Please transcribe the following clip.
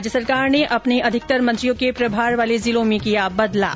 राज्य सरकार ने अपने अधिकतर मंत्रियों के प्रभार वाले जिलों में किया बदलाव